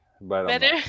Better